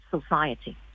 society